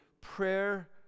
prayer